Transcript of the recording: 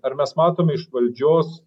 ar mes matom iš valdžios